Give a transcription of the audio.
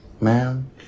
ma'am